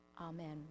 Amen